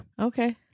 Okay